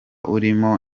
urimo